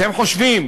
אתם חושבים